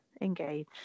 engage